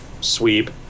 sweep